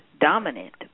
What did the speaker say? dominant